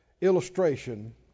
illustration